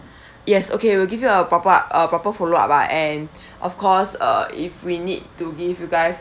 yes okay we'll give you a proper up uh proper follow-up ah and of course uh if we need to give you guys